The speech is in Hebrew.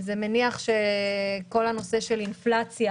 זה בהנחה שכל הנושא של אינפלציה,